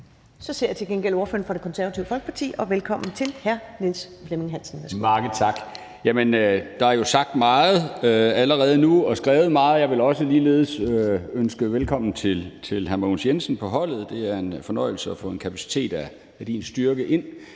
men jeg ser til gengæld ordføreren for Det Konservative Folkeparti. Velkommen til hr. Niels Flemming Hansen.